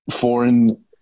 foreign